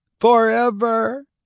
forever